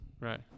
right